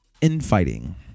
infighting